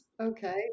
Okay